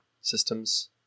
systems